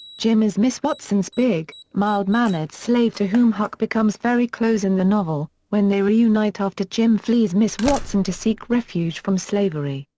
jim is miss watson's big, mild-mannered slave to whom huck becomes very close in the novel, when they reunite after jim flees miss watson to seek refuge from slavery,